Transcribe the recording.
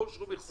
לא אושרו מכסות,